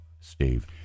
Steve